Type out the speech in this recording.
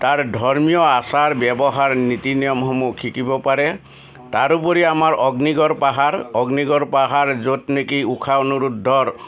তাৰ ধৰ্মীয় আচাৰ ব্যৱহাৰ নীতি নিয়মসমূহ শিকিব পাৰে তাৰ উপৰি আমাৰ অগ্নিগড় পাহাৰ অগ্নিগড় পাহাৰ য'ত নেকি উষা অনিৰূদ্ধৰ